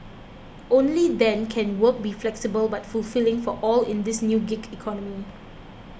only then can work be flexible but fulfilling for all in this new gig economy